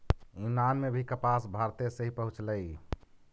यूनान में भी कपास भारते से ही पहुँचलई